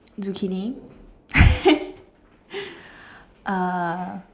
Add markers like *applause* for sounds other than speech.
zucchini *laughs* uh